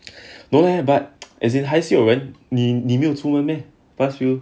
no leh but as in 还是有人你你没有出门 meh past few